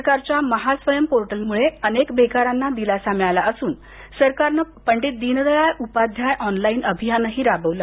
सरकारच्या महस्वयम पोर्टलमुळे अनेक बेकारांना दिलासा मिळाला असून सरकारनं पंडित दीन दयाळ उपाध्याय ऑनलाइन अभियानही राबवलं